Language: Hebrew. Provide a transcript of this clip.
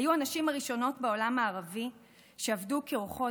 היו הנשים הראשונות בעולם הערבי שעבדו כעורכות